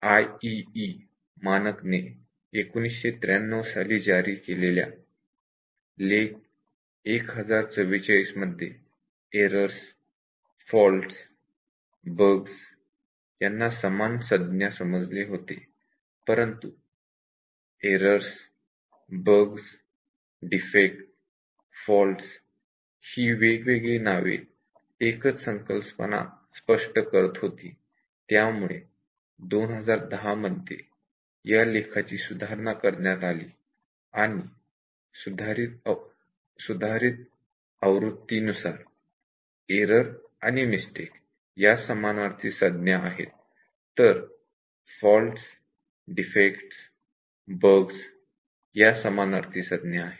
IEEE मानक ने 1993 साली जारी केलेल्या लेख 1044 मध्ये एररस फॉल्टस बग्स यांना समान संज्ञा समजले होते परंतु एररस बग्स डिफेक्ट फॉल्टस ही वेगवेगळी नावे एकच संकल्पना स्पष्ट करत होती त्यामुळे 2010 मध्ये या लेखाची सुधारणा करण्यात आली आणि सुधारितआवृत्ती नुसार एरर आणि मिस्टेक या समानार्थी संज्ञा आहेत तर फॉल्टस डिफेक्ट आणि बग्स या समानार्थी संज्ञा आहेत